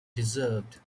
deserved